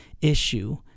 issue